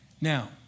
Now